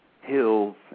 hills